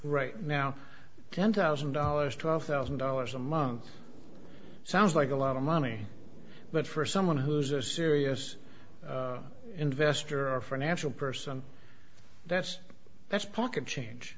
right now ten thousand dollars twelve thousand dollars a month sounds like a lot of money but for someone who's a serious investor or financial person that's that's pocket change